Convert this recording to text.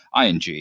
ING